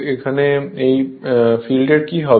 এখন এই ফিল্ডের কি হবে